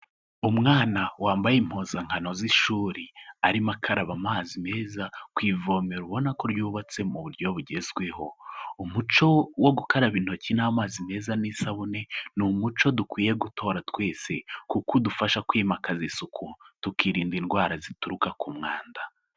Umwana wambaye impuzankano z'ishuri arimo akaraba amazi meza ku ivomera ubona ko ryubatse mu buryo bugezweho. Umuco wo gukaraba intoki n'amazi meza n'isabune, ni umuco dukwiye gutora twese kuko udufasha kwimakaza isuku tukirinda indwara zituruka ku mwanda.